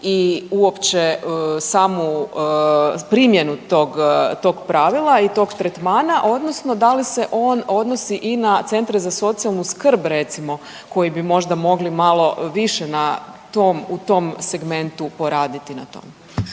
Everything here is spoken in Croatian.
i uopće samu primjenu tog pravila i tog tretmana odnosno da li se on odnosi i na centre za socijalnu skrb recimo koji bi možda mogli malo više na tom, u tom segmentu poraditi na to.